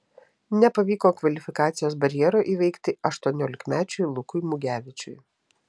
nepavyko kvalifikacijos barjero įveikti aštuoniolikmečiui lukui mugevičiui